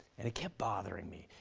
and it kept bothering me,